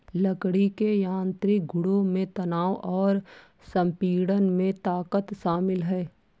लकड़ी के यांत्रिक गुणों में तनाव और संपीड़न में ताकत शामिल है